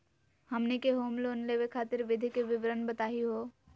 हमनी के home loan लेवे खातीर विधि के विवरण बताही हो?